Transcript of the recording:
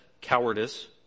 cowardice